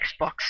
Xbox